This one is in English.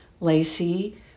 Lacey